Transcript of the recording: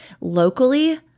locally